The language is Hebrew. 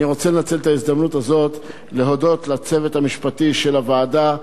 אני רוצה לנצל את ההזדמנות הזאת להודות לצוות המשפטי של הוועדה,